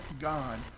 God